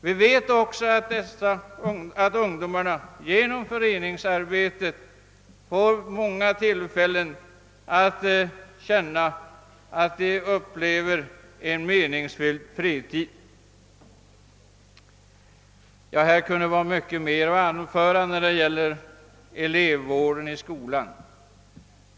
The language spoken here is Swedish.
Vi vet också att ungdomarna genom föreningsarbetet får många tillfällen att känna att de upplever en meningsfylld fritid. Här skulle vara mycket mer att anföra när det gäller elevvården i skolan.